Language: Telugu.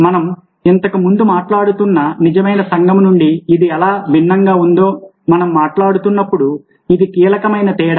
మనం ఇంతకు ముందు మాట్లాడుతున్న నిజమైన సంఘం నుండి ఇది ఎలా భిన్నంగా ఉందో మనం మాట్లాడుతున్నప్పుడు ఇది కీలకమైన తేడా